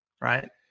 Right